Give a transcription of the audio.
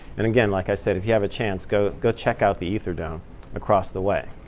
and again, like i said, if you have a chance, go go check out the ether dome across the way.